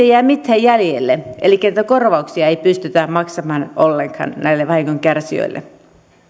ei jää mitään jäljelle elikkä niitä korvauksia ei pystytä maksamaan ollenkaan näille vahingonkärsijöille